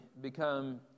become